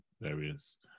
various